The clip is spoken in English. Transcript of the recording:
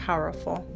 Powerful